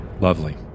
Lovely